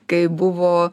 kai buvo